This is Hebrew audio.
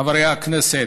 חברי הכנסת,